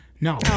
No